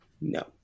no